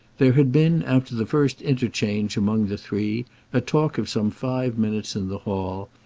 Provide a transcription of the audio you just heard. there had been after the first interchange among the three a talk of some five minutes in the hall,